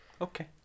Okay